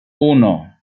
uno